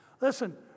Listen